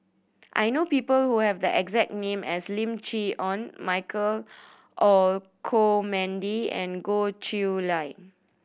I know people who have the exact name as Lim Chee Onn Michael Olcomendy and Goh Chiew Lye